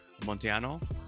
Montiano